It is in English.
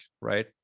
right